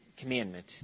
commandment